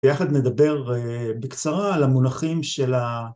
ויחד נדבר בקצרה על המונחים של ה...